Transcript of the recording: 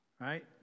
right